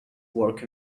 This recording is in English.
work